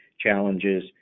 challenges